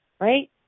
right